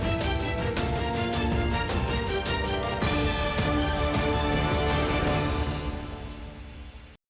Дякую.